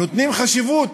נותנים חשיבות